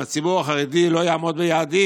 אם הציבור החרדי לא יעמוד ביעדים,